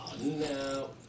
no